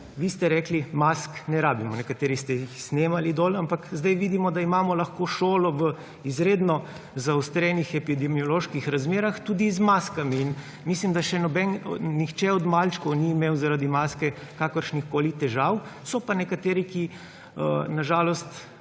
vi ste rekli, mask ne rabimo. Nekateri ste jih snemali dol, ampak sedaj vidimo, da imamo lahko šolo v izredno zaostrenih epidemioloških razmerah tudi z maskami. In mislim, da še nihče od malčkov ni imel zaradi maske kakršnihkoli težav. So pa nekateri, na žalost